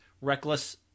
reckless –